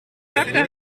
takte